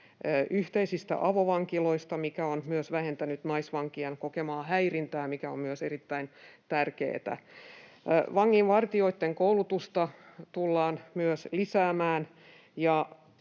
yhteisistä avovankiloista, mikä on myös vähentänyt naisvankien kokemaa häirintää, mikä on myös erittäin tärkeätä. Vanginvartijoitten koulutusta tullaan myös lisäämään,